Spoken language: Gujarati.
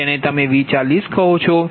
જેને તમે V40 કહો છો